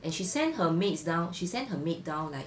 and she sent her maids down she sent her maid down like